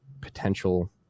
potential